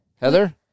Heather